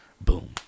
Boom